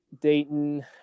Dayton